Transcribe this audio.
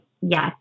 yes